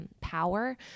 power